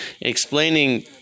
explaining